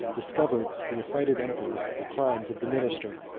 discovered to the affrighted emperor the crimes of the minister,